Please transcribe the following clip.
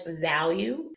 value